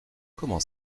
comment